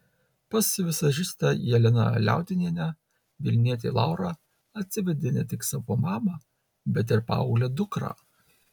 pas vizažistę jeleną liaudinienę vilnietė laura atsivedė ne tik savo mamą bet ir paauglę dukrą